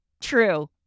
True